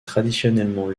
traditionnellement